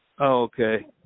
okay